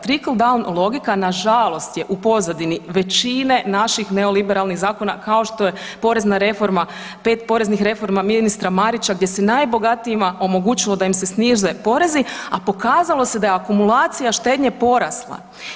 Trickle down logika nažalost je u pozadini većine naših neoliberalnih zakona kao što je porezna reforma, 5 poreznih reforma ministra Marića gdje se najbogatijima omogućilo da im se snize porezi, a pokazalo se da je akumulacija štednje porasla.